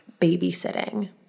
babysitting